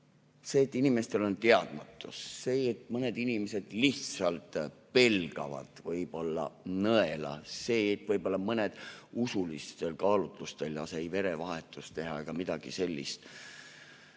see, et inimestel on teadmatus, see, et mõned inimesed lihtsalt pelgavad võib-olla nõela, see, et võib-olla mõned usulistel kaalutlustel ei lase verevahetust teha ega midagi sellist